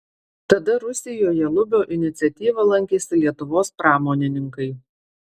tada rusijoje lubio iniciatyva lankėsi lietuvos pramonininkai